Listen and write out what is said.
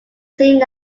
seen